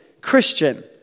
Christian